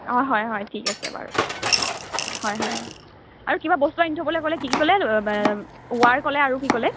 অঁ হয় হয় ঠিক আছে বাৰু হয় হয় আৰু কিবা বস্তু আনি থ'বলৈ ক'লে কি কি ক'লে ৱাৰ ক'লে আৰু কি ক'লে